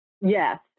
Yes